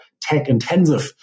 tech-intensive